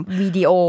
video